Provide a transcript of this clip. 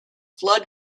flood